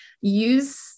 use